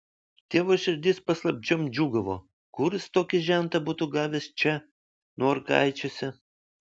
tėvo širdis paslapčiom džiūgavo kur jis tokį žentą būtų gavęs čia norkaičiuose